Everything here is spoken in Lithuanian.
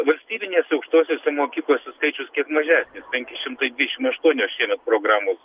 valstybinėse aukštosiose mokyklose skaičius kiek mažesnis penki šimtai dvidešimt aštuonios šiemet programos